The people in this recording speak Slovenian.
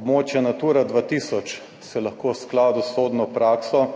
Območje Natura 2000 se lahko v skladu s sodno prakso